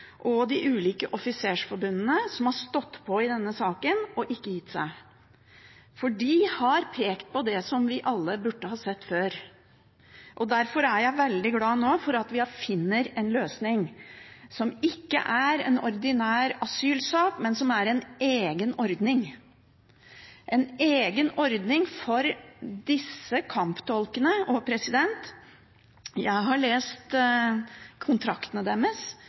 og de ulike offisersforbundene som har stått på i denne saken og ikke gitt seg, for de har pekt på det som vi alle burde ha sett før. Derfor er jeg veldig glad nå fordi vi finner en løsning på dette, som ikke er ordinær asylsak, men som er en egen ordning, en egen ordning for disse kamptolkene. Jeg har lest kontraktene deres,